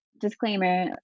disclaimer